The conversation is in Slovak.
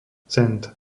cent